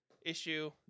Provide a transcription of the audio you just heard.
issue